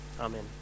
Amen